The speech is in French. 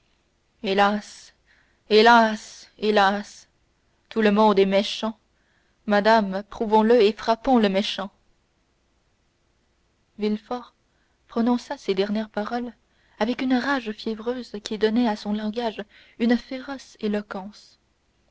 hélas hélas hélas tout le monde est méchant madame prouvons le et frappons le méchant villefort prononça ces dernières paroles avec une rage fiévreuse qui donnait à son langage une féroce éloquence